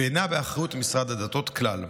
ואינו באחריות משרד הדתות כלל.